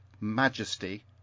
majesty